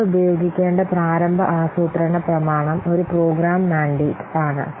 നമ്മൾ ഉപയോഗിക്കേണ്ട പ്രാരംഭ ആസൂത്രണ പ്രമാണം ഒരു പ്രോഗ്രാം മാൻഡേറ്റ് ആണ്